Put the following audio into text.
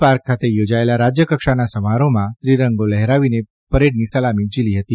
park ખાતે યોજાયેલા રાજયકક્ષાના સમારોહમાં ત્રિરંગો લહેરાવીને પરેડની સલામી ઝીલી હતી